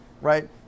Right